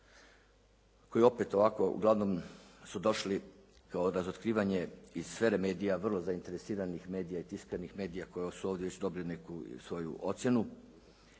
koji opet ovako uglavnom su došli kao razotkrivanje iz sfere medija, vrlo zainteresiranih medija i tiskanih medija koji su ovdje već dobili neku svoju ocjenu,